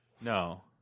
no